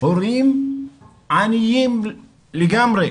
הורים עניים לגמרי.